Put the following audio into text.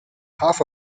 half